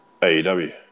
AEW